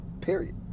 Period